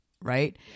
right